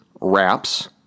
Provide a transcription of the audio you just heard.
wraps